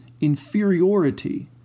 inferiority